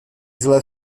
zlé